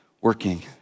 working